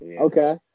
okay